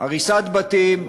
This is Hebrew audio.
הריסת בתים,